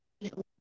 little